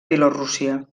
bielorússia